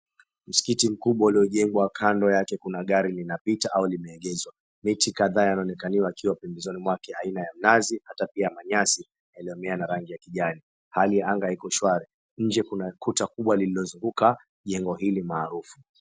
Msikiti mkubwa uliojengwa. Kando yake kuna gari linapita au limeegezwa. Miti kadhaa yanaonekaniwa yakiwa pembezoni mwake aina ya nazi hata pia manyasi yaliyomea na rangi ya kijani. Hali ya anga iko shwari. Nje kuna kuta kubwa lililozunguka jengo hili maarufu.